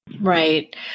Right